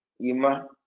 Ima